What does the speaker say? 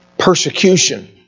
Persecution